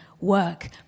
work